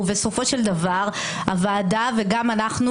ובסופו של דבר הוועדה וגם אנחנו